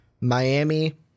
Miami